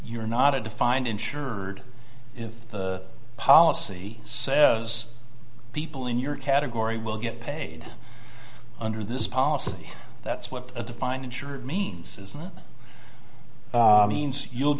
you're not a defined insured if the policy says people in your category will get paid under this policy that's what a defined insured means is not mean you'll